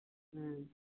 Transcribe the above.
हाँ